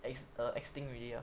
err extinct already lah